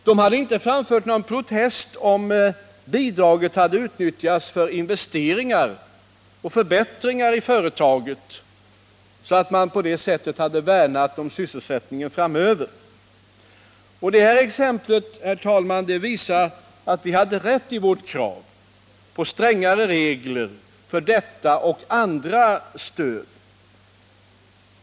Det hade inte framfört någon protest, om bidraget hade utnyttjats för investeringar och förbättringar i företaget, så att man hade värnat om sysselsättningen framöver. Det här exemplet, herr talman, visar att vi hade rätt i vårt krav på strängare regler för detta och andra stöd.